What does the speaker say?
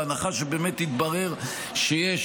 בהנחה שבאמת יתברר שיש,